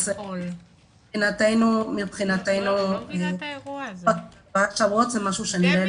אז מבחינתנו ארבעה שבועות זה משהו ש -- אבל